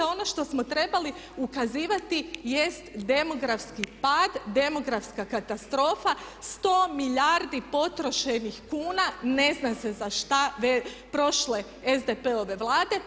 Ono što smo trebali ukazivati jest demografski pad, demografska katastrofa, sto milijardi potrošenih kuna ne zna se za šta prošle SDP-ove Vlade.